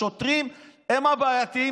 השוטרים הם הבעייתיים,